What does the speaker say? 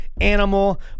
animal